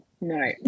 No